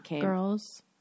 girls